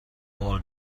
all